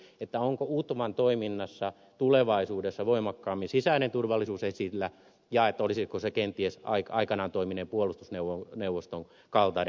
kanerva on kirjoituksessaan hahmotellut onko utvan toiminnassa tulevaisuudessa voimakkaammin sisäinen turvallisuus esillä ja olisiko se kenties aikanaan toimineen puolustusneuvoston kaltainen